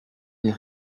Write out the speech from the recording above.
les